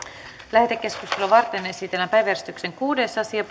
lähetekeskustelua varten esitellään päiväjärjestyksen kuudes asia